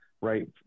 right